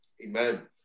Amen